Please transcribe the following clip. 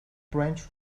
branch